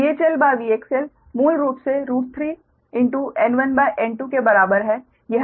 तो VHLVXL मूल रूप से 3N1N2 के बराबर है